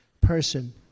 person